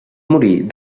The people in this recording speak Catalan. morir